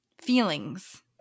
feelings